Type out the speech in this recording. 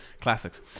Classics